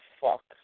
fuck